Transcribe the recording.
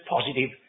positive